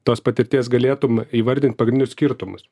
tos patirties galėtum įvardint pagrindinius skirtumus